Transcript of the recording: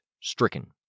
stricken